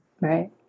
Right